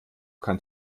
kann